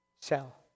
cell